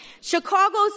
Chicago's